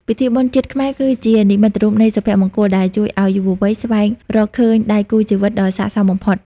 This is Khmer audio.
ពិធីបុណ្យជាតិខ្មែរគឺជា "និមិត្តរូបនៃសុភមង្គល" ដែលជួយឱ្យយុវវ័យស្វែងរកឃើញដៃគូជីវិតដ៏ស័ក្តិសមបំផុត។